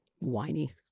Whiny